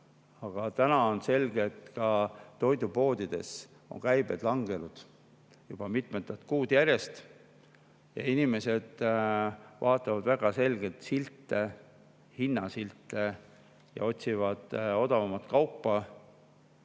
Aga täna on selge, et ka toidupoodides on käibed langenud juba mitmendat kuud järjest. Inimesed vaatavad väga selgelt hinnasilte ja otsivad odavamat kaupa.